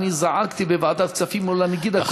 אני זעקתי בוועדת כספים מול הנגיד הקודם,